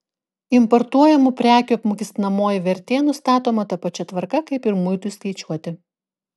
importuojamų prekių apmokestinamoji vertė nustatoma ta pačia tvarka kaip ir muitui skaičiuoti